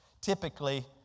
Typically